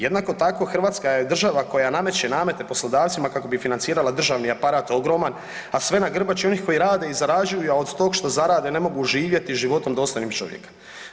Jednako tako Hrvatska je država koja nameće namete poslodavcima kako bi financirala državni aparat ogroman, a sve na grbači onih koji rade i zarađuju, a od tog što zarade ne mogu živjeti životom dostojnim čovjeka.